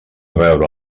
veure